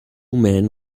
men